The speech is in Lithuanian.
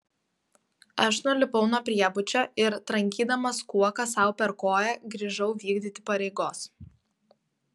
aš nulipau nuo priebučio ir trankydamas kuoka sau per koją grįžau vykdyti pareigos